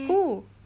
who